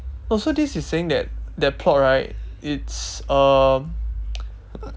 oh this is saying that that plot right it's um